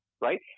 right